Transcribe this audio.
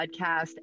podcast